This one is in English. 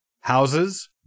houses